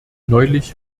neulich